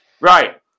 Right